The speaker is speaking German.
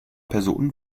personen